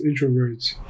introverts